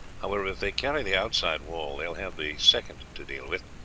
however, if they carry the outside wall they will have the second to deal with,